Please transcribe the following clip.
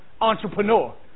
entrepreneur